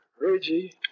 Reggie